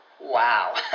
Wow